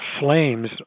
flames